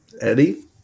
Eddie